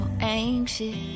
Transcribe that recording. anxious